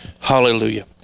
Hallelujah